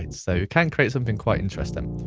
so you can create something quite interesting.